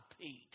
Pete